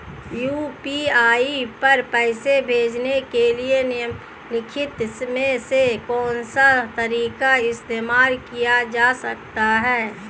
UPI पर पैसे भेजने के लिए निम्नलिखित में से कौन सा तरीका इस्तेमाल किया जा सकता है?